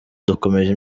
dukomeje